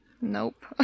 Nope